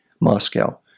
Moscow